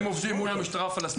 הם עובדים מול המשטרה הפלסטינית.